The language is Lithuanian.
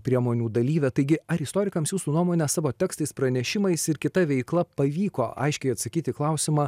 priemonių dalyvė taigi ar istorikams jūsų nuomone savo tekstais pranešimais ir kita veikla pavyko aiškiai atsakyti klausimą